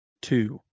Two